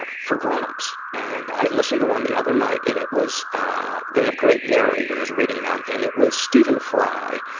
ah for grown-ups. and i listened to one the other night, and it was, uh they have great narrators reading them. and it was stephen fry,